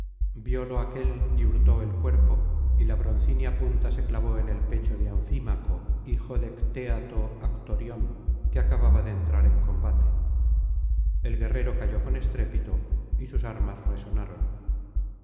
violo aquél y hurtó el cuerpo y la broncínea punta se clavó en el pecho de anfímaco hijo de ctéato actorión que acababa de entrar en combate el guerrero cayó con estrépito y sus armas resonaron